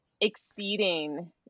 exceeding